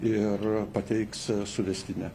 ir pateiks suvestinę